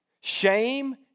Shame